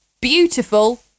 Beautiful